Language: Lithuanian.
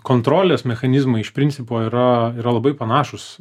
kontrolės mechanizmai iš principo yra labai panašūs